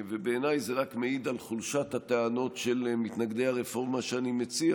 ובעיניי זה רק מעיד על חולשת הטענות של מתנגדי הרפורמה שאני מציע,